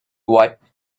wiped